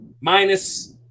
minus